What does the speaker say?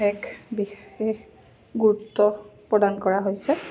এক বিশেষ গুৰুত্ব প্ৰদান কৰা হৈছে